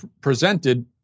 presented